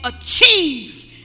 achieve